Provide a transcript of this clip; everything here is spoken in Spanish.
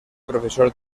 profesor